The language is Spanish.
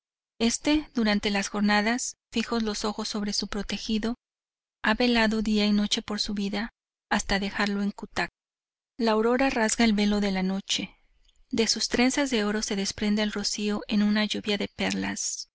este durante las jornadas fijos los ojos sobre su protegido ha velado día y noche por su vida hasta dejarlo en cutac la aurora rasga el velo de la noche de sus trenzas de oro se desprende el rocío en una lluvia de perlas